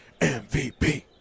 MVP